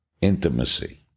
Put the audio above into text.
Intimacy